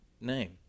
name